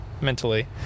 mentally